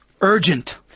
urgent